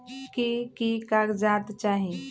की की कागज़ात चाही?